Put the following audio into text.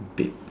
dead